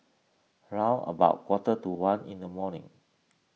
round about quarter to one in the morning